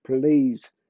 please